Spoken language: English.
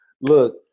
Look